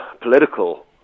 political